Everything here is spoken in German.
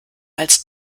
als